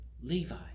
Levi